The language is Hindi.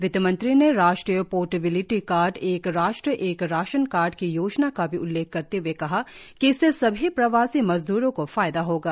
वित्त मंत्री ने राष्ट्रीय पोर्टबिलीटी कार्ड एक राष्ट्र एक राशन कार्ड की योजना का उल्लेख करते हए कहा कि इससे सभी प्रवासी मजद्रों को फायदा होगा